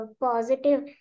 positive